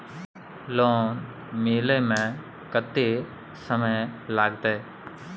Loan मिले में कत्ते समय लागते?